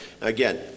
Again